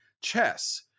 chess